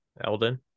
Elden